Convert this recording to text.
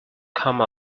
come